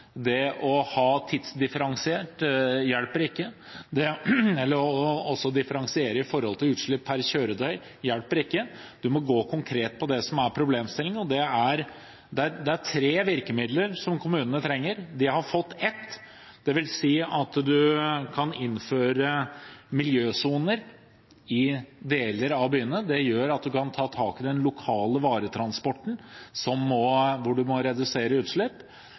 eller å differensiere i forhold til utslipp per kjøretøy hjelper ikke. Vi må gå konkret på det som er problemstillingen, og det er tre virkemidler som kommunene trenger. De har fått ett, dvs. at man kan innføre miljøsoner i deler av byene. Det gjør at man kan ta tak i den lokale varetransporten, hvor man må redusere utslippene. Det andre er at man må